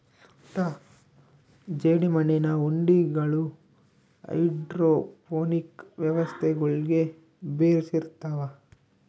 ಸುಟ್ಟ ಜೇಡಿಮಣ್ಣಿನ ಉಂಡಿಗಳು ಹೈಡ್ರೋಪೋನಿಕ್ ವ್ಯವಸ್ಥೆಗುಳ್ಗೆ ಬೆಶಿರ್ತವ